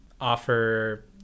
offer